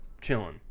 chilling